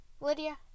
Lydia